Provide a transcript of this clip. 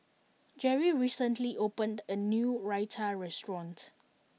Jerry recently opened a new Raita restaurant